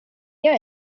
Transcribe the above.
jag